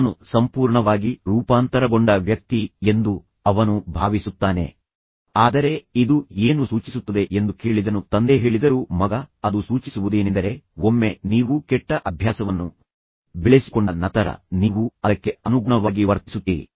ನಾನು ಸಂಪೂರ್ಣವಾಗಿ ರೂಪಾಂತರಗೊಂಡ ವ್ಯಕ್ತಿ ಎಂದು ಅವನು ಭಾವಿಸುತ್ತಾನೆ ಆದರೆ ಇದು ಏನು ಸೂಚಿಸುತ್ತದೆ ಎಂದು ಕೇಳಿದನು ತಂದೆ ಹೇಳಿದರು ಮಗ ಅದು ಸೂಚಿಸುವುದೇನೆಂದರೆ ಒಮ್ಮೆ ನೀವು ಕೆಟ್ಟ ಅಭ್ಯಾಸವನ್ನು ಬೆಳೆಸಿಕೊಂಡ ನಂತರ ನೀವು ಅದಕ್ಕೆ ಅನುಗುಣವಾಗಿ ವರ್ತಿಸುತ್ತೀರಿ